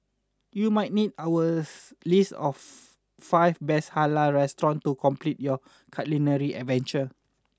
you might need our list of five best Halal restaurants to complete your culinary adventure